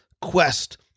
Quest